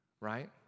right